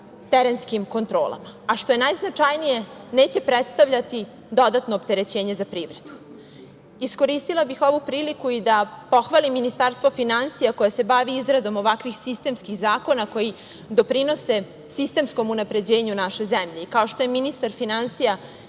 terenskim kontrolama, a što je najznačajnije neće predstavljati dodatno opterećenje za privredu. Iskoristila bih ovu priliku i da pohvalim Ministarstvo finansija koje se bavi izradom ovakvih sistemskih zakona koji doprinose sistemskom unapređenju naše zemlje. Kao što je ministar finansija